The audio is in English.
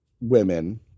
women